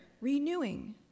renewing